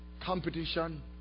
competition